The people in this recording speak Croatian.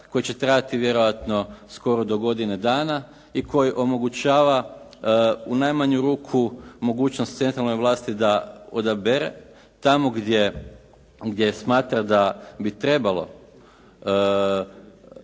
koji će trajati vjerojatno skoro do godine dana i koji omogućava u najmanju ruku mogućnost centralnoj vlasti da odabere tamo gdje smatra da bi trebalo